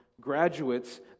graduates